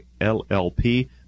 LLP